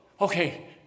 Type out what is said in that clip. okay